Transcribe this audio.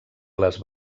les